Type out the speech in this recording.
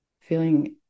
feeling